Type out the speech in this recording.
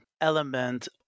element